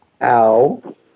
Ow